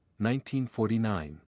1949